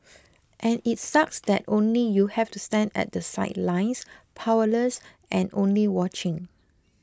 and it sucks that only you've to stand at the sidelines powerless and only watching